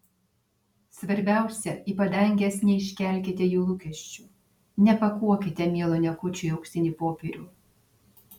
svarbiausia į padanges neiškelkite jų lūkesčių nepakuokite mielo niekučio į auksinį popierių